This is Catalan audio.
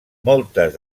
moltes